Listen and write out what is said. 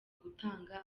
gutanga